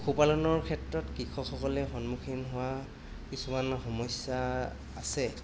পশুপালনৰ ক্ষেত্ৰত কৃষকসকলে সন্মুখীন হোৱা কিছুমান সমস্যা আছে